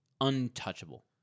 untouchable